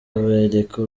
abereka